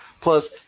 Plus